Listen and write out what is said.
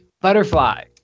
Butterfly